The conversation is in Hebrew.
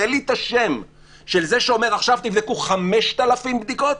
תן לי את השם של זה שאומר עכשיו תבדקו 5,000 בדיקות,